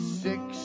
six